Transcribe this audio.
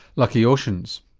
lucky oceans.